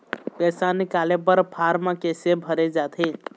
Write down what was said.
पैसा निकाले बर फार्म कैसे भरे जाथे?